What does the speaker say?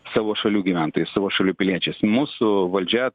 savo šalių gyventojais savo šalių piliečiais mūsų valdžia